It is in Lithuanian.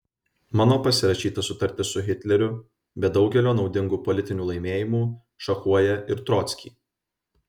mano pasirašyta sutartis su hitleriu be daugelio naudingų politinių laimėjimų šachuoja ir trockį